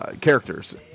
Characters